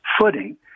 footing